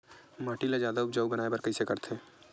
माटी ला जादा उपजाऊ बनाय बर कइसे करथे?